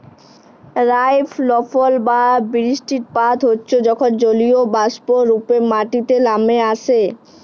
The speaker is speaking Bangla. রাইলফল বা বিরিস্টিপাত হচ্যে যখল জলীয়বাষ্প রূপে মাটিতে লামে আসে